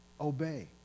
obey